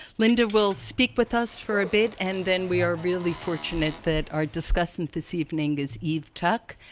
linda will speak with us for a bit, and then we are really fortunate that our discussant this evening is eve tuck.